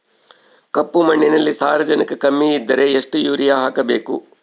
ಕಪ್ಪು ಮಣ್ಣಿನಲ್ಲಿ ಸಾರಜನಕ ಕಮ್ಮಿ ಇದ್ದರೆ ಎಷ್ಟು ಯೂರಿಯಾ ಹಾಕಬೇಕು?